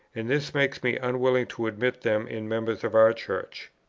and this makes me unwilling to admit them in members of our church.